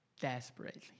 desperately